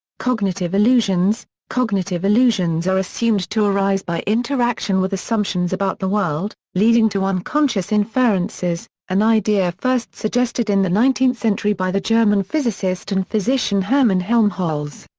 cognitive illusions cognitive illusions are assumed to arise by interaction with assumptions about the world, leading to unconscious inferences, an idea first suggested in the nineteenth century by the german physicist and physician hermann helmholtz.